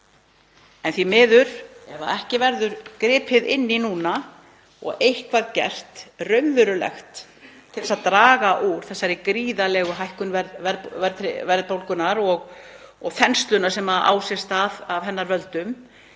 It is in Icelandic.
Því miður, ef ekki verður gripið inn í núna og eitthvað raunverulegt gert til þess að draga úr þessari gríðarlegu hækkun verðbólgunnar og þenslunnar sem á sér stað af hennar völdum,